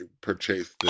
purchased